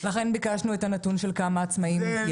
לכן ביקשנו את הנתון של כמה עצמאיים עוד יש.